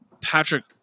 Patrick –